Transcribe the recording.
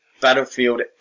Battlefield